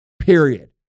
period